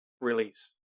release